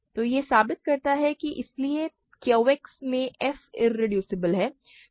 तो यह साबित करता है कि इसलिए QX में f इरेड्यूसबल है